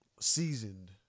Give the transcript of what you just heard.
seasoned